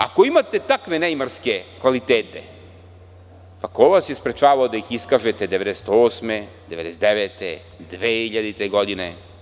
Ako imate takve neimarske kvalitete, ko vas je sprečavao da ih iskažete 1998. godine, 1999. godine, 2000. godine?